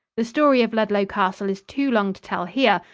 the story of ludlow castle is too long to tell here,